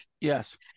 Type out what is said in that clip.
Yes